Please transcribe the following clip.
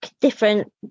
different